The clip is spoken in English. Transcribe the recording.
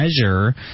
measure